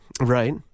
Right